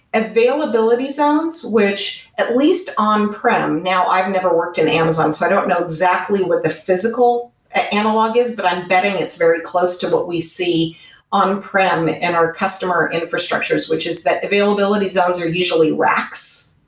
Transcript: availability zones which at least on-prem. now, i've never worked at amazon, so i don't know exactly what the physical ah analog is, but i'm betting it's very close to what we see on-prem in our customer infrastructures, which is that availability zones are usually racks.